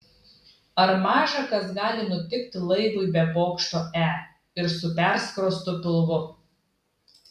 ar maža kas gali nutikti laivui be bokšto e ir su perskrostu pilvu